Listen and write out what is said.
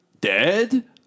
Dead